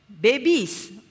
babies